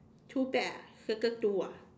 two bag ah circle two ah